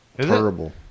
Terrible